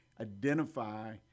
identify